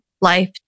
life